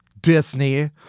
Disney